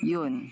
Yun